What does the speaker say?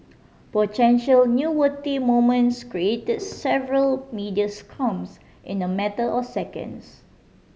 potential newsworthy moments create several media scrums in a matter of seconds